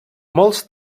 molts